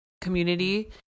community